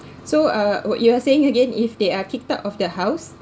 so uh what you are saying again if they are kicked out of their house